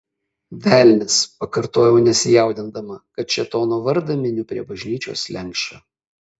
velnias pakartojau nesijaudindama kad šėtono vardą miniu prie bažnyčios slenksčio